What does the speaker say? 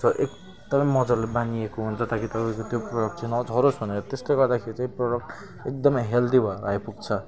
एकदमै मज्जाले बानिएको हुन्छ ताकि तपाईँको त्यो प्रोडक्ट चाहिँ नझरोस् भनेर त्यसले गर्दाखेरि चाहिँ प्रोडक्ट एकदमै हेल्दी भएर आइपुग्छ